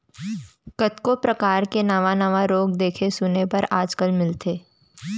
कतको परकार के नावा नावा रोग देखे सुने बर आज काल मिलथे